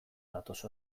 datoz